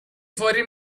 فوری